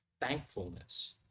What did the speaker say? thankfulness